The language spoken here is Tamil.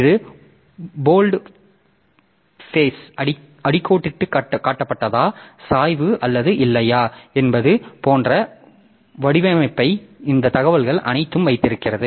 இது போல்ட் பேஸ் அடிக்கோடிட்டுக் காட்டப்பட்டதா சாய்வு அல்லது இல்லையா என்பது போன்ற வடிவமைப்பை இந்த தகவல்கள் அனைத்தையும் வைத்திருக்கிறது